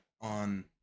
on